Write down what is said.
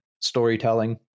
storytelling